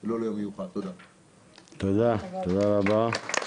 את אימוץ המלצות ועדת המנכלים לפינוי התעשייה הפטרו-כימית המזהמת במפרץ